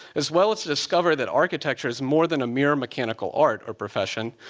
as well as discover that architecture is more than a mere mechanical art or profession,